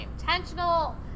intentional